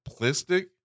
simplistic